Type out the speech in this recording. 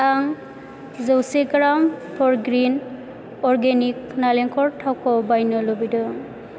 आं जौसे ग्राम फरग्रिन अरगेनिक नारेंखल थावखौ बायनो लुबैदों